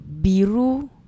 Biru